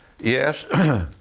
Yes